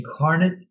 incarnate